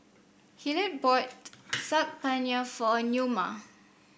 Hillard bought Saag Paneer for Neoma